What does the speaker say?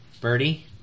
Birdie